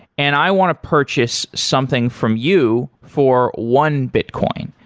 and i want to purchase something from you for one bitcoin.